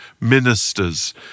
ministers